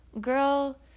Girl